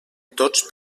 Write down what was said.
tots